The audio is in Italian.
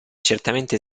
certamente